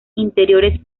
interiores